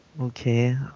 Okay